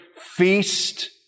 feast